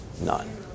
None